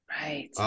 Right